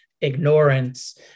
ignorance